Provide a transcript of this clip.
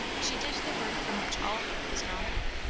she did the work from which all heart was gone out,